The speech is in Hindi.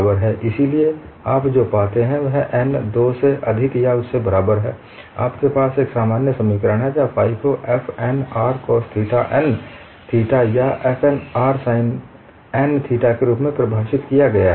इसलिए आप जो पाते हैं वह n 2 से अधिक या उसके बराबर है आपके पास एक सामान्य समीकरण है जहां फाइ को f n r cos n theta या f n r sin n theta रूप में परिभाषित किया गया है